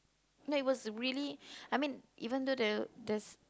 like it was really I mean even though the the